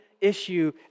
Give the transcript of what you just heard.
issue